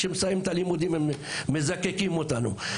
כשהם מסיימים את הלימודים הם "מזקקים" אותנו.